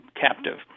captive